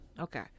Okay